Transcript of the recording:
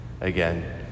again